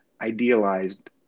idealized